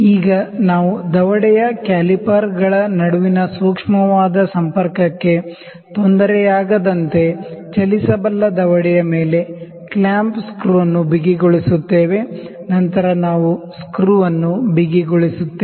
ಈಗ ನಾವು ದವಡೆಯ ಕ್ಯಾಲಿಪರ್ಗಳ ನಡುವಿನ ಸೂಕ್ಷ್ಮವಾದ ಸಂಪರ್ಕಕ್ಕೆ ತೊಂದರೆಯಾಗದಂತೆ ಚಲಿಸಬಲ್ಲ ದವಡೆಯ ಮೇಲೆ ಕ್ಲ್ಯಾಂಪ್ ಸ್ಕ್ರೂ ಅನ್ನು ಬಿಗಿಗೊಳಿಸುತ್ತೇವೆ ನಂತರ ನಾವು ಸ್ಕ್ರೂ ಅನ್ನು ಬಿಗಿಗೊಳಿಸುತ್ತೇವೆ